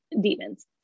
demons